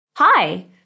Hi